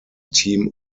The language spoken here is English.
team